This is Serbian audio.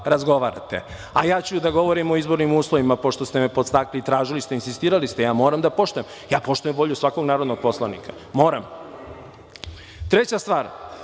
a ja ću da govorim o izbornim uslovima pošto ste me podstakli. Tražili ste i insistirali. Ja moram da poštujem. Ja poštujem volju svakog narodnog poslanika. Moram. Treća stvar,